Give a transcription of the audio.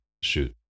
Shoot